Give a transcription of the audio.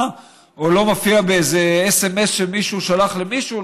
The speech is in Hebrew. או לא מופיע באיזה סמ"ס שמישהו שלח למישהו,